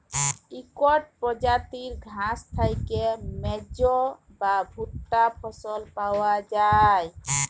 ইকট পরজাতির ঘাঁস থ্যাইকে মেজ বা ভুট্টা ফসল পাউয়া যায়